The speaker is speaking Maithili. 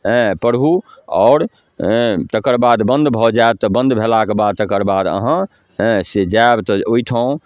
हेँ पढ़ू आओर हेँ तकर बाद बन्द भऽ जाएत तऽ बन्द भेलाके बाद तकर बाद अहाँ हेँ जाएब तऽ ओहिठाम